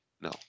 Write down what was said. No